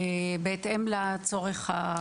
בהתאם לצורך.